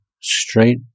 straight